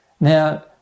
Now